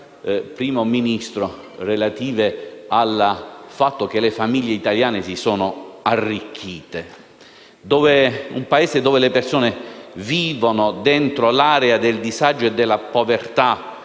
Primo Ministro relative al fatto che le famiglie italiane si sono arricchite. Un Paese dove le persone che vivono dentro l'area del disagio e della povertà